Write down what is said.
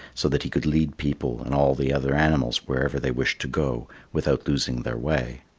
so that he could lead people and all the other animals wherever they wished to go without losing their way.